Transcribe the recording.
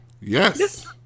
Yes